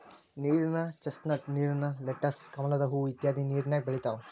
ನೇರಿನ ಚಸ್ನಟ್, ನೇರಿನ ಲೆಟಸ್, ಕಮಲದ ಹೂ ಇತ್ಯಾದಿ ನೇರಿನ್ಯಾಗ ಬೆಳಿತಾವ